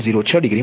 06 degree મળશે